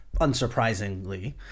unsurprisingly